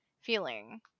feeling